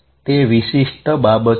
તે વિશિષ્ટ બાબત છે